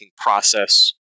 process